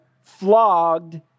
flogged